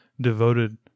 devoted